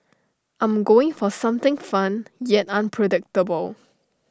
I'm going for something fun yet unpredictable